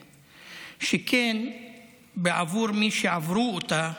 שכן בעבור מי שעברו אותה,